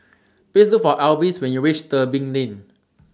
Please Look For Alvis when YOU REACH Tebing Lane